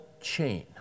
chain